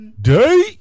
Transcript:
Day